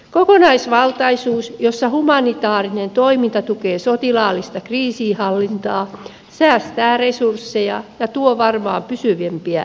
kokonaisvaltaisuus jossa humanitaarinen toiminta tukee sotilaallista kriisinhallintaa säästää resursseja ja tuo varmaan pysyvämpiä tuloksia